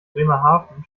bremerhaven